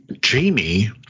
Jamie